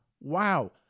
Wow